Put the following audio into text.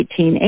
1880